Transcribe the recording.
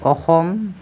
Assam